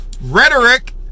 rhetoric